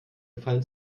gefallen